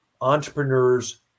entrepreneurs